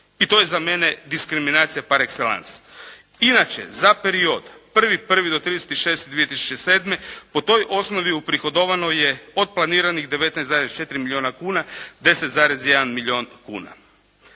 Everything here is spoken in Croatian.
I to je za mene diskrimancija par excellence. Inače, za period 1.1. do 30.6.2007. po toj osnovi uprihodovano je od planiranih 19,4 milijuna kuna 10,1 milijun kuna.